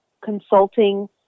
consulting